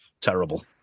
Terrible